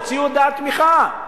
הוציאו הודעת תמיכה.